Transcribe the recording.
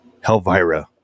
Helvira